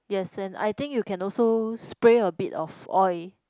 yes and I think you can also spray a bit of oil